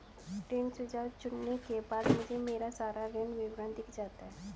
ऋण सुझाव चुनने के बाद मुझे मेरा सारा ऋण विवरण दिख जाता है